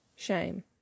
Shame